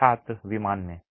छात्र विमान में